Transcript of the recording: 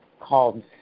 called